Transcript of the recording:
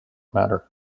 matter